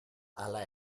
hala